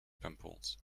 pimples